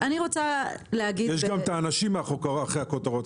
אני רוצה להגיד --- יש גם אנשים מאחורי הכותרות,